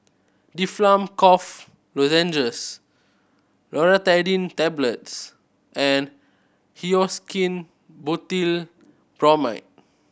Difflam Cough Lozenges Loratadine Tablets and Hyoscine Butylbromide